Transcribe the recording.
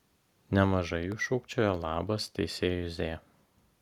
nemažai jų šūkčiojo labas teisėjui z